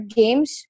games